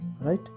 right